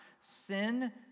Sin